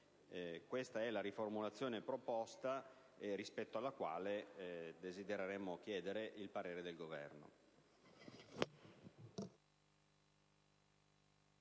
Questa è la riformulazione proposta, rispetto alla quale chiediamo il parere del Governo.